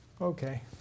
okay